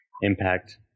impact